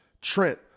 Trent